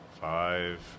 five